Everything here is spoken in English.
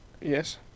Yes